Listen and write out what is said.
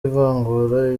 ivangura